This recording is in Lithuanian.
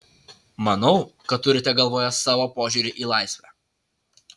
manau kad turite galvoje savo požiūrį į laisvę